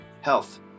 health